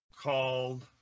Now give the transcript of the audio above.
called